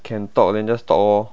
can talk then just talk lor